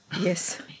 Yes